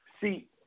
See